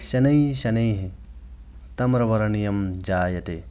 शनैशनैः ताम्रवर्णीयं जायते